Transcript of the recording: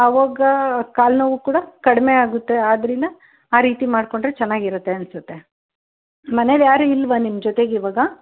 ಅವಾಗ ಕಾಲು ನೋವು ಕೂಡ ಕಡಿಮೆ ಆಗುತ್ತೆ ಆದ್ರಿಂದ ಆ ರೀತಿ ಮಾಡಿಕೊಂಡ್ರೆ ಚೆನ್ನಾಗಿರುತ್ತೆ ಅನಿಸುತ್ತೆ ಮನೇಲಿ ಯಾರೂ ಇಲ್ಲವಾ ನಿಮ್ಮ ಜೊತೆಗೆ ಇವಾಗ